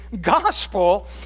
gospel